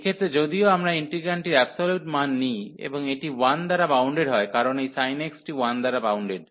এক্ষেত্রে যদিও আমরা ইন্টিগ্রান্ডটির অ্যাবসোলিউট মান নিই এবং এটি 1 দ্বারা বাউন্ডেড হয় কারণ এই sin x টি 1 দ্বারা বাউন্ডেড